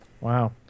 Wow